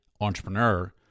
entrepreneur